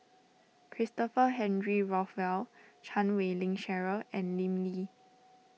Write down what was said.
Christopher Henry Rothwell Chan Wei Ling Cheryl and Lim Lee